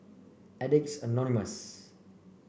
Addicts Anonymous